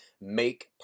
make